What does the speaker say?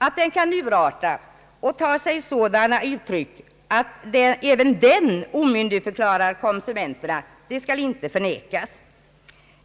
Att den kan urarta och ta sig sådana uttryck att även den omyndigförklarar konsumenterna skall inte förnekas.